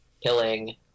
killing